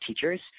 teachers